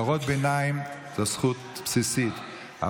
הערות ביניים זו זכות בסיסיות,